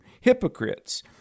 hypocrites